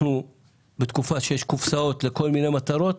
אנחנו בתקופה שיש בה קופסאות לכל מיני מטרות,